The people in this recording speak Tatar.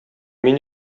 мин